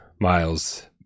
Miles